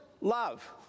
love